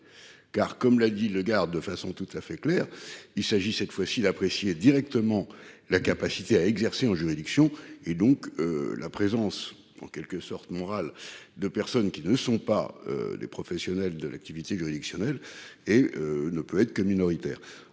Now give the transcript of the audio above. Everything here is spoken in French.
Car comme l'a dit le garde de façon tout à fait clair, il s'agit cette fois-ci d'apprécier directement la capacité à exercer en juridiction et donc la présence en quelque sorte moral de personnes qui ne sont pas des professionnels de l'activité juridictionnelle et ne peut être que minoritaire